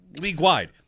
league-wide